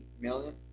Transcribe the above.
million